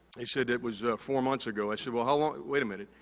they said it was four months ago. i said, well how long, wait a minute,